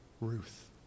Ruth